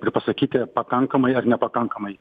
ir pasakyti pakankamai ar nepakankamai